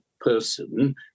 person